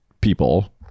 people